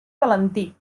valentí